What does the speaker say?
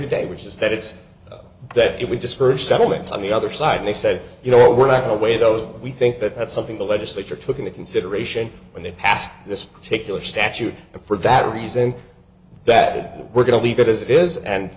today which is that it's that it would discourage settlements on the other side they said you know we're not going away those we think that that's something the legislature took into consideration when they passed this particular statute and for that reason that we're going to leave it as it is and